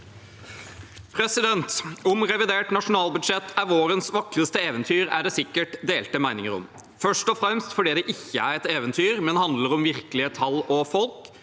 Om revidert na- sjonalbudsjett er vårens vakreste eventyr, er det sikkert delte meninger om, først og fremst fordi det ikke er et eventyr, men handler om virkelige tall og folk.